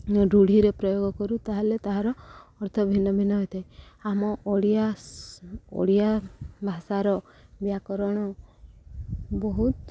ରୂଢ଼ିରେ ପ୍ରୟୋଗ କରୁ ତା'ହେଲେ ତାହାର ଅର୍ଥ ଭିନ୍ନ ଭିନ୍ନ ହୋଇଥାଏ ଆମ ଓଡ଼ିଆ ଓଡ଼ିଆ ଭାଷାର ବ୍ୟାକରଣ ବହୁତ